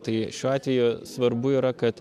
tai šiuo atveju svarbu yra kad